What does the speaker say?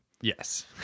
Yes